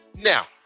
Now